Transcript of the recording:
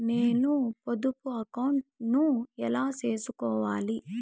నేను పొదుపు అకౌంటు ను ఎలా సేసుకోవాలి?